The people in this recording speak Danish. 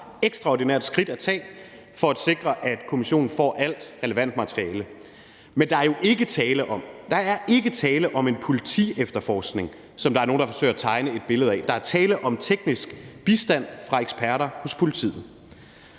ekstraordinært skridt at tage for at sikre, at kommissionen får alt relevant materiale. Men der er jo ikke tale om, der er ikke tale om en politiefterforskning, som der er nogen der forsøger at tegne et billede af, der er tale om teknisk bistand fra eksperter hos politiet.